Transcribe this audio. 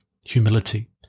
humility